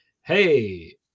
hey